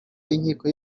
w’inkiko